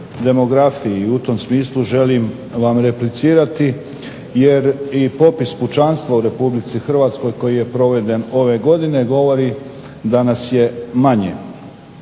demografiji i u tom smislu želim vam replicirati jer i popis pučanstva u Republici Hrvatskoj koji je proveden ove godine govori da nas je manje.